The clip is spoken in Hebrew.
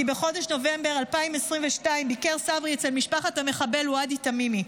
כי בחודש נובמבר 2022 ביקר צברי אצל משפחת המחבל עודאי תמימי,